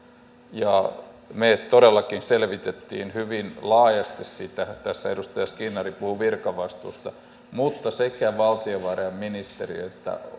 me todellakin selvitimme hyvin laajasti sitä tässä edustaja skinnari puhui virkavastuusta mutta sekä valtiovarainministeriön että